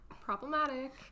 problematic